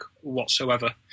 whatsoever